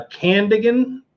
Candigan